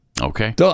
Okay